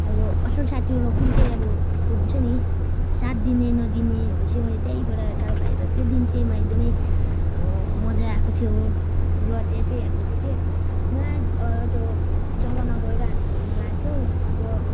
अब असल साथीहरू कुन चाहिँ अब त्यो हुन्छ नि सात दिने नदिनेहरू चाहिँ मैले त्यहीँबाट चाल पाएर त्यो दिन चाहिँ म एकदमै मजा आएको थियो र त्यहाँचाहिँ हामीले चाहिँ यहाँ त्यो जग्गामा गएर हामी घुम्नु गाथ्यौँ र